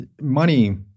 money